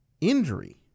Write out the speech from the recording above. injury